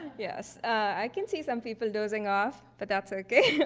yes, i can see some people dozing off, but that's ok.